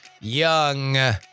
young